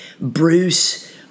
Bruce